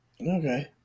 Okay